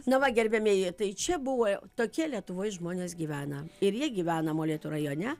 na va gerbiamieji tai čia buvo tokie lietuvoj žmonės gyvena ir jie gyvena molėtų rajone